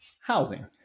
housing